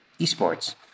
eSports